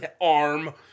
arm